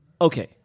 okay